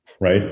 right